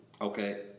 Okay